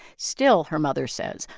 still, her mother says,